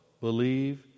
believe